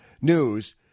news